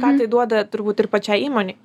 ką tai duoda turbūt ir pačiai įmonei